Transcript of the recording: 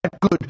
good